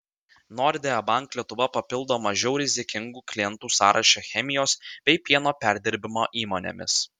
nordea bank lietuva papildo mažiau rizikingų klientų sąrašą chemijos bei pieno perdirbimo įmonėmis